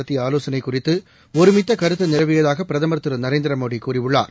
நடத்தியஆலோசனைகுறித்துஒருமித்தகருத்துநிலவியதாகபிரதமர் திரு நரேந்திரமோடிகூறியுள்ளார்